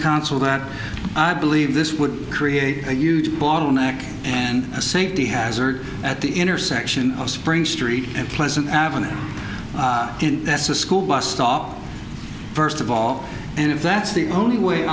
council that i believe this would create a huge bottleneck and a safety hazard at the intersection of spring street and pleasant avenue and that's a school bus stop first of all and if that's the only way